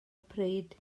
pryd